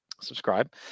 Subscribe